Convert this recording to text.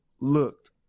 looked